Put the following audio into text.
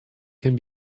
can